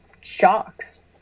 shocks